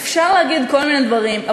אפשר להגיד כל מיני דברים,